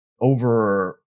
over